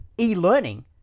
e-learning